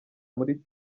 muri